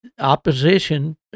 opposition